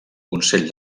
consell